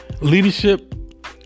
Leadership